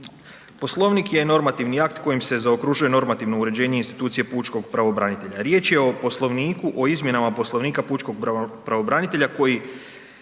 Poslovnik je normativni akt kojim se zaokružuje normativno uređenje institucije pučkog pravobranitelja. Riječ je o Poslovniku o izmjenama Poslovnika pučkog pravobranitelja koji